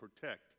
protect